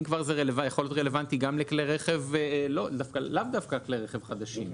אם כבר זה יכול להיות רלוונטי גם לכלי רכב לאו דווקא חדשים.